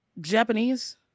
Japanese